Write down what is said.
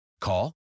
Call